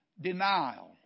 Denial